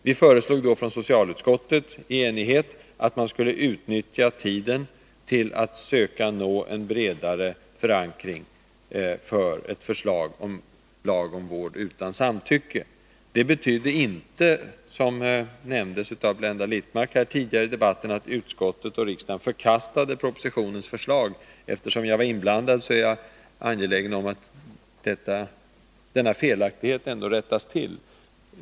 Vi föreslog då i socialutskottet i enighet att man skulle utnyttja tiden till dess till att söka nå en bredare förankring för ett förslag om vård utan samtycke. Det betydde inte, som Blenda Littmarck sade tidigare i debatten, att utskottet och riksdagen förkastade propositionens förslag. Eftersom jag var inblandad är jag angelägen om att denna felaktighet rättas till.